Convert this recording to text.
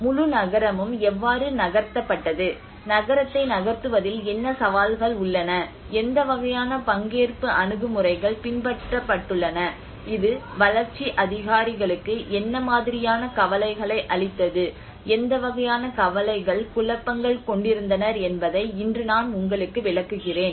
முழு நகரமும் எவ்வாறு நகர்த்தப்பட்டது நகரத்தை நகர்த்துவதில் என்ன சவால்கள் உள்ளன எந்த வகையான பங்கேற்பு அணுகுமுறைகள் பின்பற்றப்பட்டுள்ளன இது வளர்ச்சி அதிகாரிகளுக்கு என்ன மாதிரியான கவலைகளை அளித்தது எந்த வகையான கவலைகள் குழப்பங்கள் கொண்டிருந்தனர் என்பதை இன்று நான் உங்களுக்கு விளக்குகிறேன்